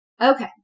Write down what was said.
Okay